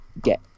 get